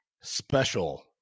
special